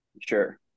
Sure